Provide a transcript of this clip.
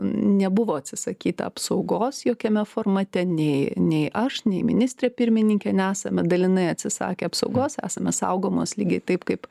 nebuvo atsisakyta apsaugos jokiame formate nei nei aš nei ministrė pirmininkė nesame dalinai atsisakę apsaugos esame saugomos lygiai taip kaip